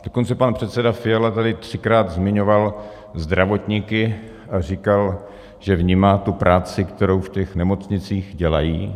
Dokonce pan předseda Fiala tady třikrát zmiňoval zdravotníky a říkal, že vnímá tu práci, kterou v těch nemocnicích dělají.